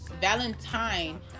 Valentine